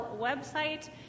website